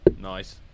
Nice